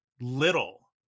little